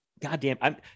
goddamn